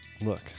Look